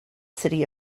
city